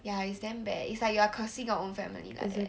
ya it's damn bad it's like you are cursing your own family like that